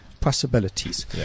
possibilities